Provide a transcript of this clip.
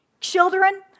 Children